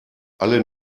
alle